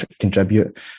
contribute